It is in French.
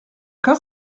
cas